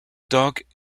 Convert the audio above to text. dogg